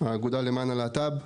האגודה למען הלהט"ב.